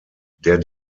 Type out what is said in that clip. der